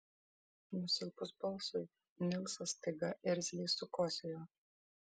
nusilpus balsui nilsas staiga irzliai sukosėjo